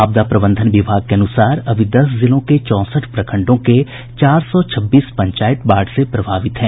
आपदा प्रबंधन विभाग के अनुसार अभी दस जिलों के चौंसठ प्रखंडों के चार सौ छब्बीस पंचायत बाढ़ से प्रभावित हैं